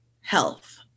health